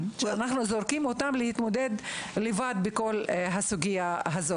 ואנחנו זורקים אותם להתמודד לבד בכל הסוגיה הזו.